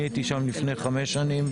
אני הייתי שם לפני חמש שנים.